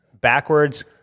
backwards